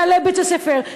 מנהלי בתי-הספר,